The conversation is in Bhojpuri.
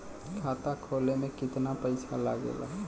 खाता खोले में कितना पईसा लगेला?